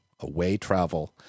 awaytravel